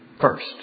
first